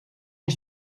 een